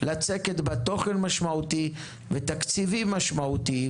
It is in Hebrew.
לצקת בה תוכן משמעותי ותקציבים משמעותיים.